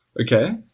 Okay